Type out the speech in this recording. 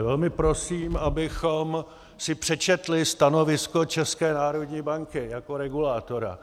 Velmi prosím, abychom si přečetli stanovisko České národní banky jako regulátora.